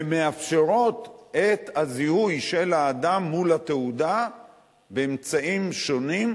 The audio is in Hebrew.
ומאפשרות את הזיהוי של האדם מול התעודה באמצעים שונים,